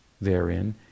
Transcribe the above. therein